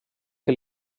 que